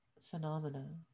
phenomena